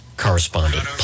Correspondent